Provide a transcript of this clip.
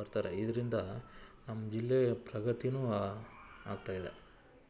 ಬರ್ತಾರೆ ಇದರಿಂದ ನಮ್ಮ ಜಿಲ್ಲೆ ಪ್ರಗತಿನೂ ಆಗ್ತಾಯಿದೆ